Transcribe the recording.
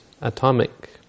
atomic